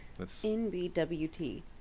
NBWT